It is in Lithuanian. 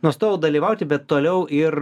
nustojau dalyvauti bet toliau ir